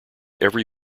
every